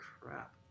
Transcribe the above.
crap